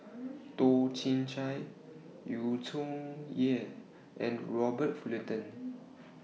Toh Chin Chye Yu Zhuye and Robert Fullerton